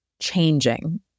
changing